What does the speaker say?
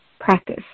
practice